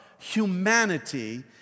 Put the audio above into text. humanity